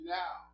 now